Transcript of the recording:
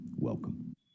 welcome